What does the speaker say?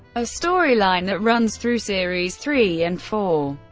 a storyline that runs through series three and four.